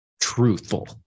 truthful